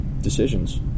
decisions